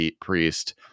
priest